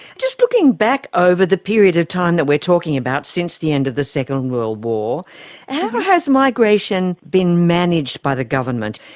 just looking back over the period of time that we are talking about since the end of the second world war, how has migration been managed by the government?